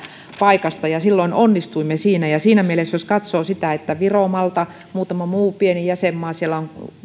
paikasta ja silloin onnistuimme siinä jos katsoo viroa maltaa muutamaa muuta pientä jäsenmaata siellä on